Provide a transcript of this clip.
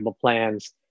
plans